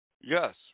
Yes